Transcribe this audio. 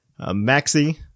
maxi